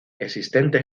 existentes